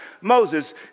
Moses